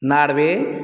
Norway